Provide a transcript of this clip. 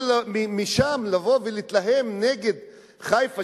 אבל משם לבוא ולהתלהם נגד חיפה,